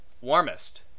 warmest